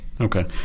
Okay